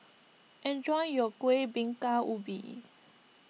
enjoy your Kueh Bingka Ubi